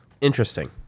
Interesting